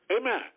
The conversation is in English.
Amen